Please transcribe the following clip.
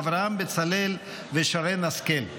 אברהם בצלאל ושרן השכל.